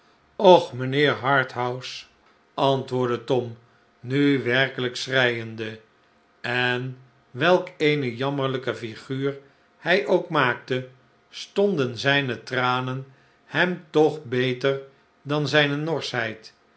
och mijnheer harthouse antwoordde tom nu werkelijk schreiende en welk eene jammerlijke flguur hij ook maakte stonden zijne tranen hem toch beter dan zijne norschheid